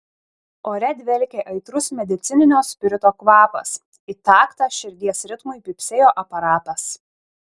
ore dvelkė aitrus medicininio spirito kvapas į taktą širdies ritmui pypsėjo aparatas